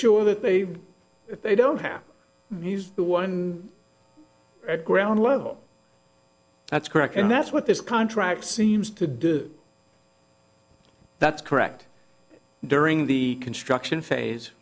sure that they they don't have he's the one at ground level that's correct and that's what this contract seems to do that's correct during the construction phase